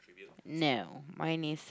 no mine is